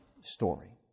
story